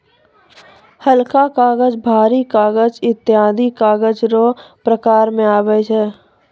हलका कागज, भारी कागज ईत्यादी कागज रो प्रकार मे आबै छै